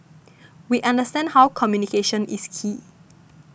we understand how communication is key